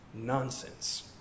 nonsense